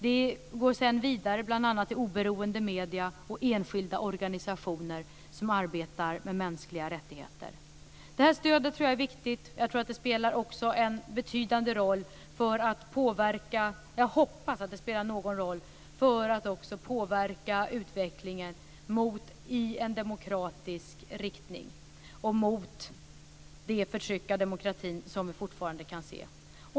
Det går vidare till bl.a. oberoende medier och enskilda organisationer som arbetar med mänskliga rättigheter. Det här stödet tror jag är viktigt. Jag hoppas också att det spelar någon roll för att påverka utvecklingen i en demokratisk riktning och mot det förtryck av demokratin som vi fortfarande kan se.